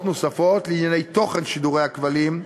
נוספות לענייני תוכן שידורי הכבלים,